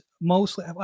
mostly